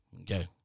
Okay